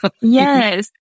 yes